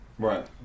Right